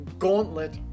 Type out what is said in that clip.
gauntlet